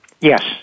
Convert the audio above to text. Yes